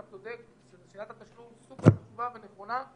אתה צודק, שבחינת התשלום סופר חשובה ונכונה.